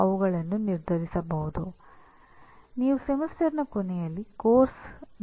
ಹಲವಾರು ಪರಿಣಾಮಗಳು ಇರುವುದರಿಂದ ಇದು ನಿರ್ಗಮನ ಕಲಿಕೆಯ ಪರಿಣಾಮ ಎಂಬುದನ್ನು ದಯವಿಟ್ಟು ಗಮನಿಸಿ